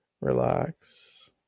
relax